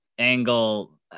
angle